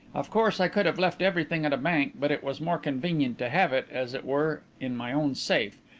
of course i could have left everything at a bank but it was more convenient to have it, as it were, in my own safe,